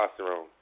testosterone